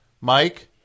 Mike